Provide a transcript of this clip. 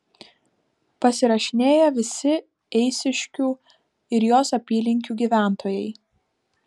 pasirašinėja visi eišiškių ir jos apylinkių gyventojai